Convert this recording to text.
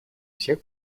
всех